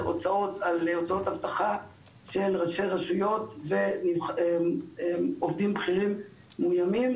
הוצאות על הוצאות אבטחה של ראשי רשויות ועובדים בכירים מאויימים,